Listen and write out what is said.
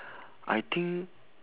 I think